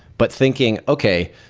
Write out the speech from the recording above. but thinking, okay,